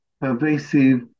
pervasive